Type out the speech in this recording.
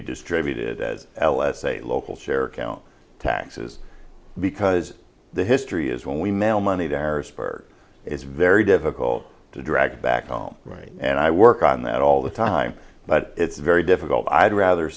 be distributed as well as a local share count taxes because the history is when we mail money to iras part it's very difficult to drag back home right and i work on that all the time but it's very difficult i'd rather